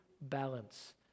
balance